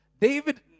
David